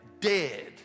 dead